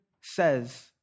says